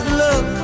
look